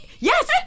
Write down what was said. Yes